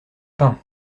pain